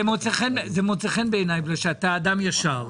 זה מוצא חן בעיניי, בגלל שאתה אדם ישר.